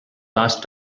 last